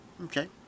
Okay